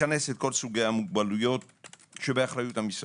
מכנס את כולן, שבאחריות המשרד,